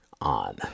on